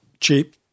cheap